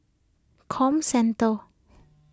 Comcentre